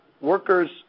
workers